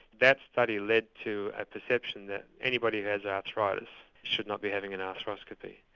that study led to a perception that anybody who has arthritis should not be having an arthroscopy.